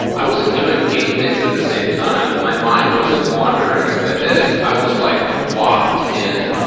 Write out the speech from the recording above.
i wasn't doing eight things at the same time. my mind wasn't wandering as i did it. i was like locked in.